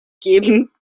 geben